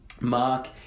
mark